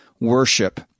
worship